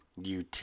YouTube